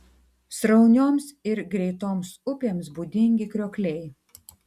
sraunioms ir greitoms upėms būdingi kriokliai